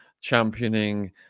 championing